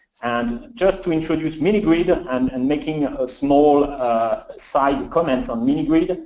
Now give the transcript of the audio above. and just to introduce mini-grid and and making a small side comment on mini-grid,